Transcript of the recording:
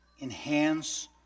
enhance